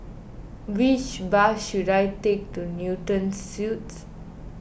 which bus should I take to Newton Suites